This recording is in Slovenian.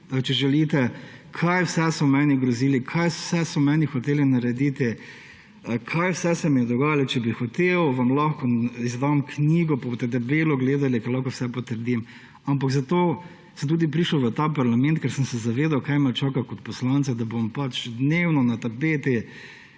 če želite –,kaj vse so meni grozili, kaj vse so meni hoteli narediti, kaj vse se mi je dogajalo. Če bi hotel, vam lahko izdam knjigo, pa boste debelo gledali, ker lahko vse potrdim. Ampak zato sem tudi prišel v parlament, ker sem se zavedal, kaj me čaka kot poslanca, da bom dnevno na tapeti